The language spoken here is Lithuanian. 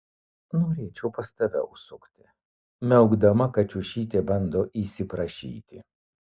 norėčiau pas tave užsukti miaukdama kačiušytė bando įsiprašyti